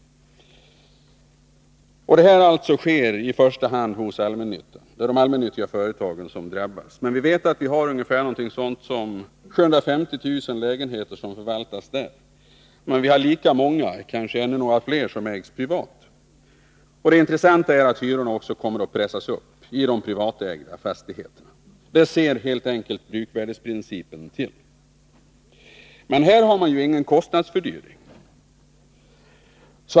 Detta sker i första hand hos ”allmännyttan” — det är de allmännyttiga företagen som drabbas. Grovt taget har vi 750 000 lägenheter som förvaltas av ”allmännyttan”, och lika många — kanske något fler — ägs privat. Det intressanta är att hyrorna kommer att pressas upp också i de privatägda fastigheterna. Det ser helt enkelt bruksvärdesprincipen till. Men de privatägda fastigheterna har ju ingen kostnadsfördyring.